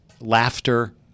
Laughter